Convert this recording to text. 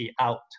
out